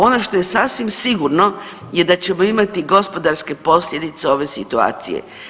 Ono što je sasvim sigurno je da ćemo imati gospodarske posljedice ove situacije.